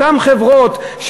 אותן חברות,